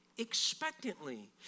expectantly